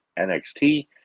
nxt